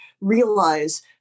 realize